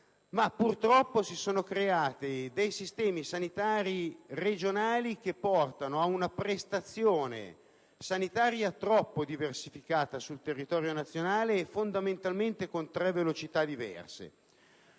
materia, ma sistemi sanitari regionali che portano ad una prestazione sanitaria troppo diversificata sul territorio nazionale e fondamentalmente con tre velocità diverse.